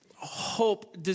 Hope